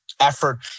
effort